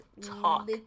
talk